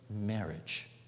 marriage